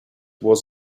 was